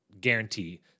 guarantee